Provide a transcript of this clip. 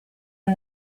and